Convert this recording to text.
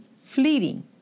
fleeting